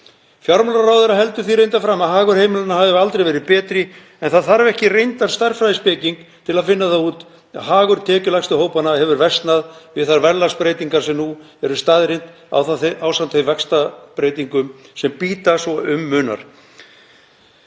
Fjármálaráðherra heldur því reyndar fram að hagur heimilanna hafi aldrei verið betri en það þarf ekki reyndan stærðfræðispeking til að finna það út að hagur tekjulægstu hópanna hefur versnað við þær verðlagsbreytingar sem nú eru staðreynd ásamt þeim vaxtabreytingum sem bíta svo um munar.